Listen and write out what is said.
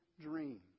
dream